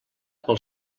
pel